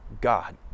God